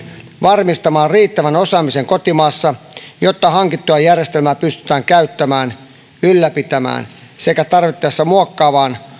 varmistamaan riittävän osaamisen kotimaassa jotta hankittua järjestelmää pystytään käyttämään ylläpitämään sekä tarvittaessa muokkaamaan